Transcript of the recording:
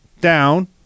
down